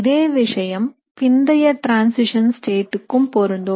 இதே விஷயம் பிந்தைய டிரான்சிஷன் state க்கும் பொருந்தும்